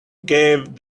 gave